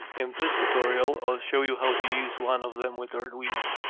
in this tutorial i'll show you how to use one of them with arduino.